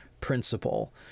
principle